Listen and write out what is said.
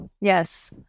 yes